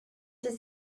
does